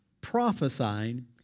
prophesying